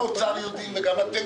נפגשתי עם שר האוצר ביום חמישי,